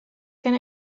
kin